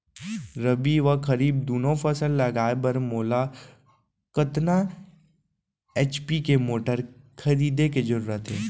रबि व खरीफ दुनो फसल लगाए बर मोला कतना एच.पी के मोटर खरीदे के जरूरत हे?